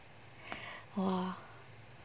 !wah!